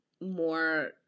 more